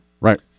right